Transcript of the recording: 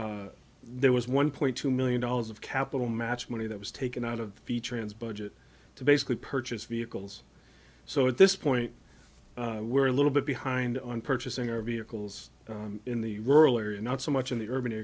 there was one point two million dollars of capital match money that was taken out of the trans budget to basically purchase vehicles so at this point we're a little bit behind on purchasing our vehicles in the rural area not so much in the urban